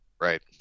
Right